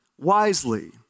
wisely